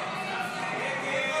חבר הכנסת כהן,